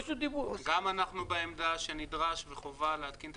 גם אנחנו בעמדה שחובה ונדרש להתקין את